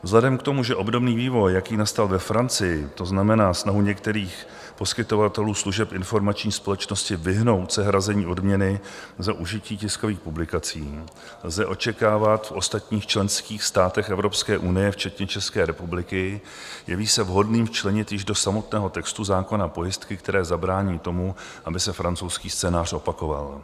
Vzhledem k tomu, že obdobný vývoj, jaký nastal ve Francii, to znamená snahu některých poskytovatelů služeb informační společnosti vyhnout se hrazení odměny za užití tiskových publikací, lze očekávat v ostatních členských státech Evropské unie včetně České republiky, jeví se vhodným včlenit již do samotného textu zákona pojistky, které zabrání tomu, aby se francouzský scénář opakoval.